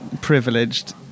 privileged